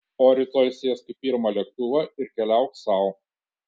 o rytoj sėsk į pirmą lėktuvą ir keliauk sau